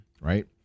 right